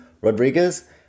Rodriguez